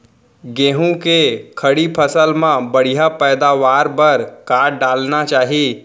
गेहूँ के खड़ी फसल मा बढ़िया पैदावार बर का डालना चाही?